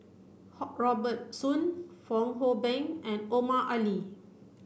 Robert Soon Fong Hoe Beng and Omar Ali